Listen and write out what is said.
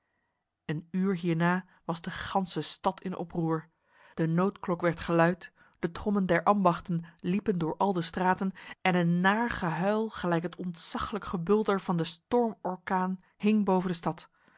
een uur hierna was de ganse stad in oproer de noodklok werd geluid de trommen der ambachten liepen door al de straten en een naar gehuil gelijk het ontzaglijk gebulder van de stormorkaan hing boven de stad